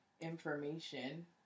information